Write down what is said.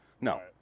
No